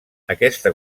aquesta